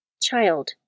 Child